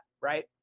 right